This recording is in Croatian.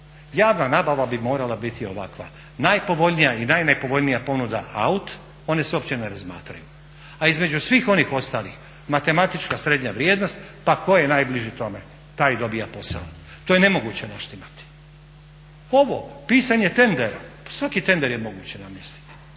Javna nabava mi morala biti ovakva, najpovoljnija i najnepovoljnija ponuda out, one se uopće ne razmatraju, a između svih onih ostalih matematička srednja vrijednost pa ko je najbliži tome taj i dobija posao. To je nemoguće naštimati. Ovo pisanje tendera, pa svaki tender je moguće namjestiti.